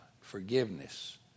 forgiveness